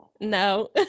No